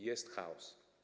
Jest chaos.